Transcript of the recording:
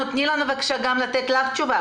תני לנו בבקשה גם לענות לך תשובה.